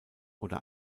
oder